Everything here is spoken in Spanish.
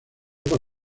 por